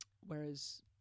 Whereas